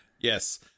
Yes